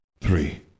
three